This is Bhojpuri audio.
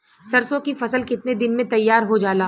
सरसों की फसल कितने दिन में तैयार हो जाला?